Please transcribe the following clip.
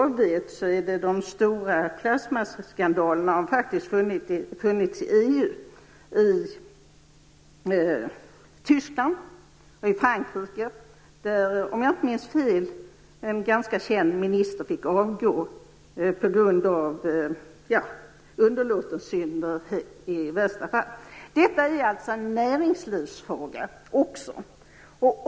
Såvitt jag vet har de stora plasmaskandalerna ägt rum i EU - i Tyskland och Frankrike. Om jag inte minns fel fick en ganska känd fransk minister avgå på grund av underlåtelsesynder. Detta är alltså också en näringslivsfråga.